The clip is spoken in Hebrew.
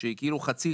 חצי